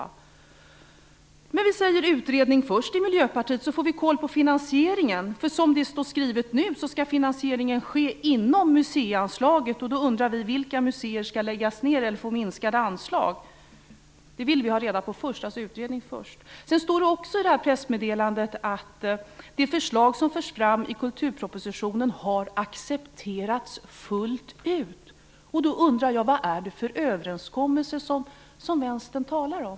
Vi i Miljöpartiet säger "utredning först" för att få kontroll på finansieringen. Som det nu är skrivet skall finansieringen ske inom museianslaget, och då undrar vi vilka museer som skall läggas ned eller få minskade anslag. Det vill vi ha reda på först. Alltså utredning först! Det heter vidare i pressmeddelandet: "De förslag som förs fram i kulturpropositionen har accepterats fullt ut." Då undrar jag vad det är för överenskommelse som Vänstern talar om.